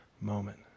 moment